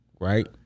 right